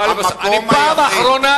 טלב אלסאנע, פעם אחרונה